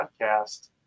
podcast